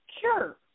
Sure